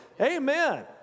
Amen